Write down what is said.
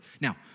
Now